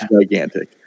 gigantic